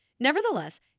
Nevertheless